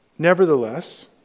Nevertheless